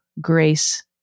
grace